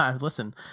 listen